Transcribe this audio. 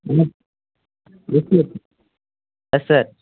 ம் yes sir